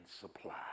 supply